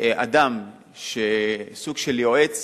אדם שהוא סוג של יועץ